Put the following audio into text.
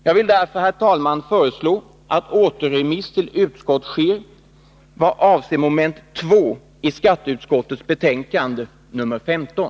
Jag vill därför, herr talman, föreslå att återremiss till utskottet sker vad avser mom. 2 i skatteutskottets betänkande 15.